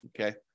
Okay